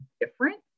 different